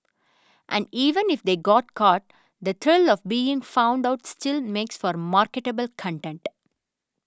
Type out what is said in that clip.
and even if they got caught the thrill of being found out still makes for marketable content